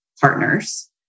partners